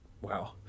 wow